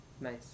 nice